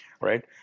Right